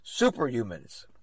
superhumans